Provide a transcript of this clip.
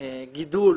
גידול